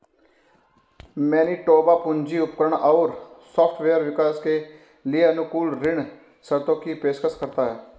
Manitoba पूंजी उपकरण और सॉफ्टवेयर विकास के लिए अनुकूल ऋण शर्तों की पेशकश करता है